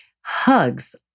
Hugs